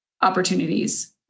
opportunities